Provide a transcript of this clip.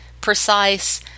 precise